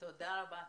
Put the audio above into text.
תודה רבה.